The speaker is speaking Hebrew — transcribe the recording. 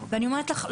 ואני אומרת לך,